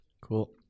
cool